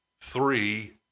three